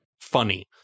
funny